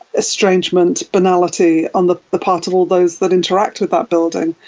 estrangement, banality on the the part of all those that interact with that building.